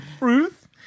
Ruth